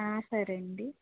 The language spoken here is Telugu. సరే అండి